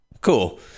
Cool